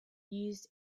used